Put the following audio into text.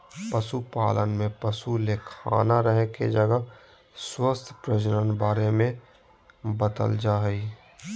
पशुपालन में पशु ले खाना रहे के जगह स्वास्थ्य प्रजनन बारे में बताल जाय हइ